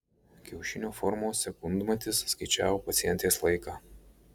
kiaušinio formos sekundmatis skaičiavo pacientės laiką